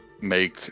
make